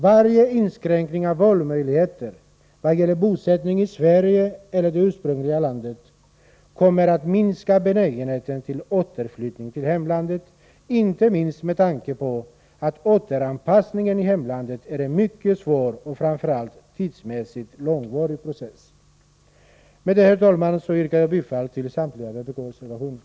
Varje inskränkning av valmöjligheten i vad gäller bosättning i Sverige eller det ursprungliga landet kommer att minska benägenheten till återflyttning till hemlandet, inte minst med tanke på att återanpassningen i hemlandet är en mycket svår och framför allt tidsmässigt långvarig process. Med detta, herr talman, yrkar jag bifall till samtliga vpk-reservationer.